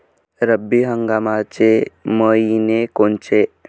रब्बी हंगामाचे मइने कोनचे?